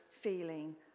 feeling